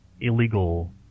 illegal